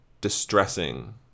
distressing